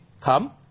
come